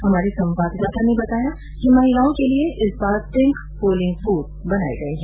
हमारे संवाददाता ने बताया कि महिलाओं के लिए इस बार पिंक पोलिंग बूथ बनाए गए है